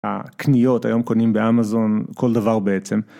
הקניות היום קונים באמזון כל דבר בעצם.